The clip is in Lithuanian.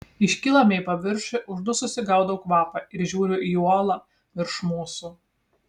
iškylame į paviršių uždususi gaudau kvapą ir žiūriu į uolą virš mūsų